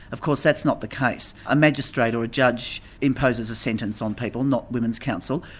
of course that's not the case. a magistrate or a judge imposes a sentence on people, not women's council.